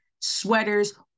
sweaters